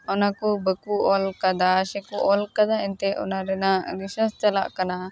ᱚᱱᱟᱠᱩ ᱵᱟᱠᱩ ᱚᱞ ᱠᱟᱫᱟ ᱥᱮᱠᱚ ᱚᱞᱠᱟᱫᱟ ᱮᱱᱛᱮᱜ ᱚᱱᱟ ᱨᱮᱱᱟᱜ ᱱᱤᱥᱟᱹᱥ ᱪᱟᱞᱟᱜ ᱠᱟᱱᱟ